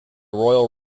royal